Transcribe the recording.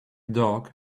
dog